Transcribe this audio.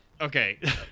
okay